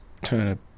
turn